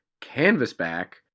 Canvasback